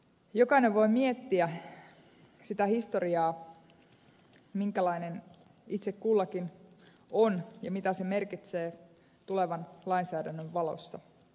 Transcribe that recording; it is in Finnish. jokainen voi miettiä sitä historiaa minkälainen itse kullakin on ja sitä mitä se merkitsee tulevan lainsäädännön valossa